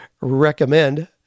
recommend